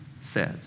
says